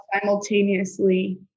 simultaneously